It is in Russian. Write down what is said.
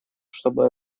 чтобы